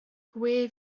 gwe